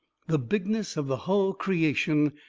the bigness of the hull creation,